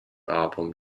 album